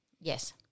Yes